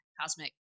cosmic